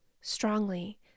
strongly